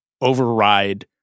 override